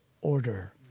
order